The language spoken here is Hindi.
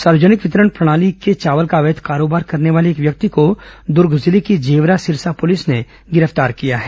सार्वजनिक वितरण प्रणाली के चावल का अवैध कारोबार करने वाले एक व्यक्ति को दुर्ग जिले की जेवरा सिरसा पुलिस ने गिरफ्तार किया है